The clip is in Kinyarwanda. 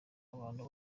abantu